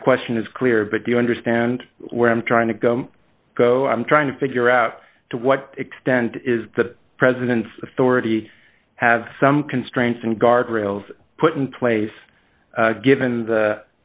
my question is clear but do you understand where i'm trying to go go i'm trying to figure out to what extent is the president's authority have some constraints and guardrails put in place given the